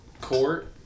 court